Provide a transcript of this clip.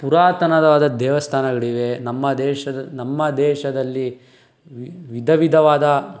ಪುರಾತನವಾದ ದೇವಸ್ಥಾನಗಳಿವೆ ನಮ್ಮ ದೇಶದ ನಮ್ಮ ದೇಶದಲ್ಲಿ ವಿಧವಿಧವಾದ